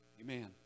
Amen